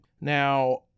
Now